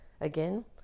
Again